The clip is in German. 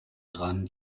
dran